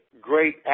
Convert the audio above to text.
great